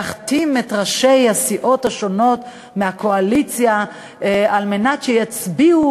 להחתים את ראשי הסיעות השונות מהקואליציה כדי שיצביעו,